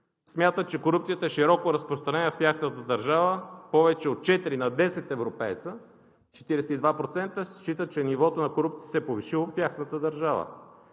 смятат, че корупцията е широко разпространена в тяхната държава. Повече от четири на 10 европейци – 42%, считат, че нивото на корупцията се е повишило в тяхната държава.